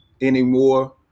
anymore